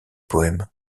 poème